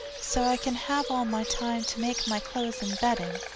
so i can have all my time to make my clothes and bedding.